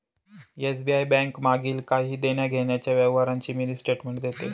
SBI bank मागील काही देण्याघेण्याच्या व्यवहारांची मिनी स्टेटमेंट देते